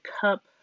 cup